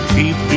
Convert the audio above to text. keep